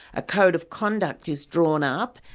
a code of conduct is drawn up,